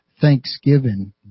thanksgiving